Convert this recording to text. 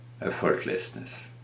Effortlessness